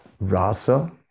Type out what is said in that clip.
rasa